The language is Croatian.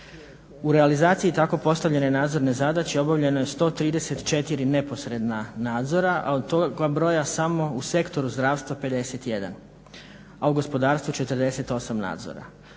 U realizaciji tako postavljene nadzorne zadaće obavljeno je 134 neposredna nadzora, a od toga broja samo u sektoru zdravstva 51, a u gospodarstvu 48 nadzora.